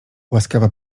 łaskawa